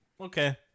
okay